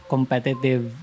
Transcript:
competitive